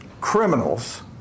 criminals